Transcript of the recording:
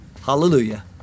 Hallelujah